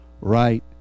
right